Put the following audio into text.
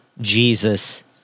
Jesus